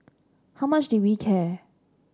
how much did we care